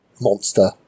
monster